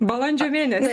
balandžio mėnesį